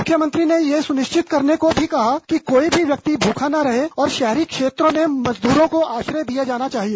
मुख्यमंत्री ने ये सुनिश्चित करने को भी कहा कि कोई भी व्यक्ति भूखा न रहे और शहरी क्षेत्रों में मजदूरों को आश्रय दिया जाना चाहिए